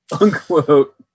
Unquote